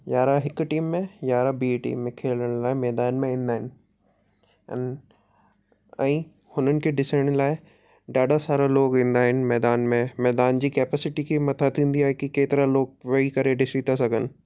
यारहं हिकु टीम में यारहं ॿी टीम में खेलण लाइ मैदान में ईंदा आहिनि अन ऐं हुननि खे ॾिसण लाइ ॾाढा सारा लोग ईंदा आहिनि मैदान में मैदान जी कैपेसिटी खे मथां थींदी आहे कि केतिरा लोग वेही करे ॾिसी था सघनि